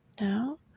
now